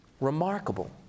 Remarkable